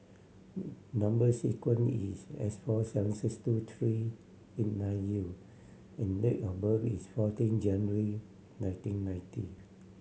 number sequence is S four seven six two three eight nine U and date of birth is fourteen January nineteen ninety